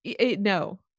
No